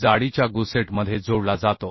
जाडीच्या गुसेटमध्ये जोडला जातो